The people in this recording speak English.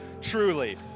truly